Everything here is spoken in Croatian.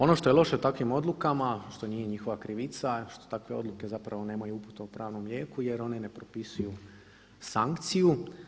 Ono što je loše u takvim odlukama, što nije njihova krivica što takve odluke zapravo nemaju upute o pravnom lijeku jer one ne propisuju sankciju.